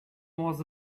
was